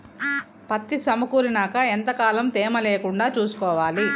పత్తి సమకూరినాక ఎంత కాలం తేమ లేకుండా చూసుకోవాలి?